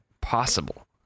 possible